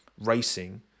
racing